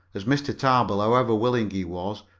as mr. tarbill, however willing he was,